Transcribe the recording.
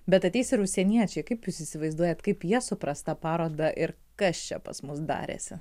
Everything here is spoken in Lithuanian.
bet ateis ir užsieniečiai kaip jūs įsivaizduojat kaip jie supras tą parodą ir kas čia pas mus darėsi